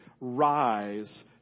rise